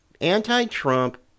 Anti-Trump